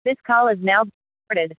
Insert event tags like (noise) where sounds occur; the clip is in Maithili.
(unintelligible)